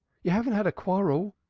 you haven't had a quarrel?